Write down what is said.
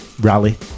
rally